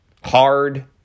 Hard